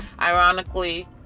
Ironically